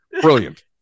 brilliant